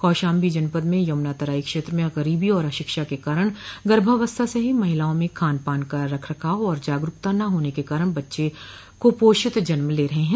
कौशाम्बी जनपद में यमुना तराई क्षेत्र में गरीबी और अशिक्षा के कारण गर्भावस्था से ही महिलाओं में खान पान का रख रखाव और जागरूकता न होने के कारण बच्चे कुपोषित जन्म ले रहे हैं